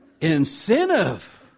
Incentive